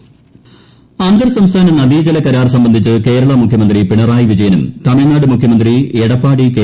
മുഖ്യമന്ത്രി ചർച്ച അന്തർ സംസ്ഥാന നദീജലകരാർ സംബന്ധിച്ച് കേരള മുഖ്യമന്ത്രി പിണറായി വിജയനും തമിഴ്നാട് മുഖ്യമന്ത്രി എടപ്പാടി കെ